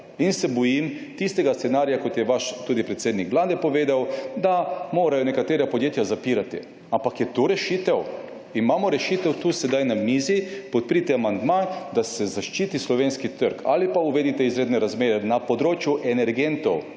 se tistega scenarija, kot je tudi vaš predsednik vlade povedal, da morajo nekatera podjetja zapirati. Ampak ali je to rešitev? Rešitev imamo tukaj sedaj na mizi. Podprite amandma, da se zaščiti slovenski trg, ali pa uvedite izredne razmere na področju energentov.